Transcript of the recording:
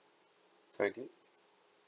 sorry due